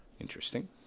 Interesting